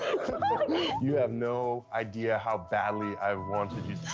you have no idea how badly i've wanted you.